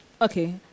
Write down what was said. okay